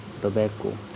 tobacco